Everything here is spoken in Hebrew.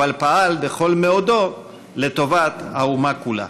אבל פעל בכל מאודו לטובת האומה כולה.